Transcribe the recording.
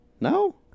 No